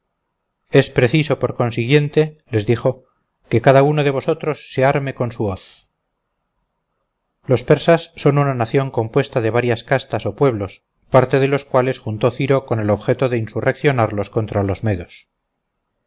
es preciso por consiguiente les dijo que cada uno de vosotros se arme con su hoz los persas son una nación compuesta de varias castas o pueblos parte de los cuales juntó ciro con el objeto de insurreccionarlos contra los medos